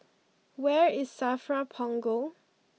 where is Safra Punggol